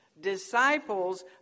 disciples